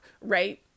right